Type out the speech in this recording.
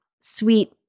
sweet